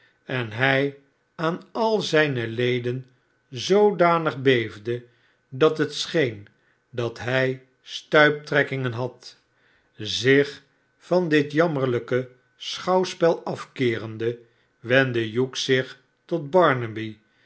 en hij aan al zijne leden zoodanig beefde dat het scheen dat hi stuiptrekkingen had zich van ditjammerlijke schouwspel afkeerende wendde hugh zich tot